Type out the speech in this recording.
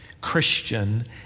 Christian